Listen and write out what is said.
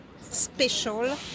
special